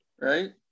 right